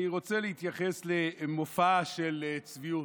אני רוצה להתייחס למופע של צביעות.